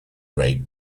rate